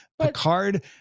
Picard